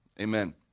amen